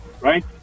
Right